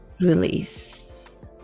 release